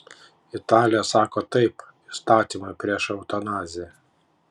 italija sako taip įstatymui prieš eutanaziją